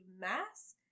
Mass